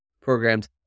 programs